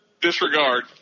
Disregard